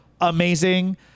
amazing